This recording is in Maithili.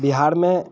बिहारमे